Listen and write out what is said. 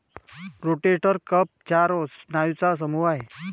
rotator cuff चार स्नायूंचा समूह आहे